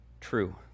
true